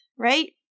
Right